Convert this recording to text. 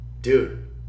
dude